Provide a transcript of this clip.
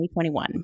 2021